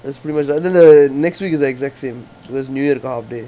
that's pretty much and then the next week is the exact same because new year கு:ku half day